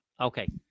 Okay